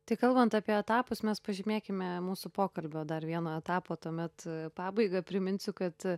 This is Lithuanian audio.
tai kalbant apie etapus mes pažymėkime mūsų pokalbio dar vieną etapą tuomet pabaiga priminsiu kad